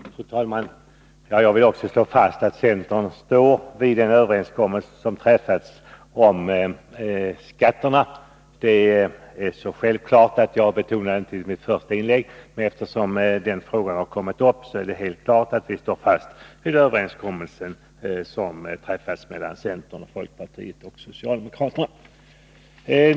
Fru talman! Jag vill slå fast att centern står kvar vid den överenskommelse som träffades om skatterna. Det är så självklart att jag inte betonade det i mitt första inlägg, men eftersom frågan nu har kommit upp vill jag deklarera att det är helt klart att vi står fast vid den överenskommelse som träffades mellan centern, folkpartiet och socialdemokraterna.